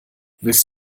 willst